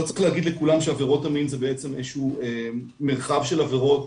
לא צריך להגיד לכולם שעבירות המין זה איזשהו מרחב של עבירות,